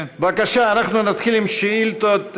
בבקשה, אנחנו נתחיל עם שאילתות